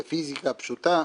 זה פיזיקה פשוטה,